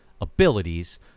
abilities